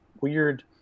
weird